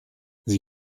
sie